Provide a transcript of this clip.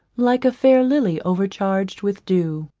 like a fair lily overcharg'd with dew.